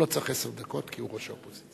הוא לא צריך עשר דקות, כי הוא ראש האופוזיציה.